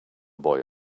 boy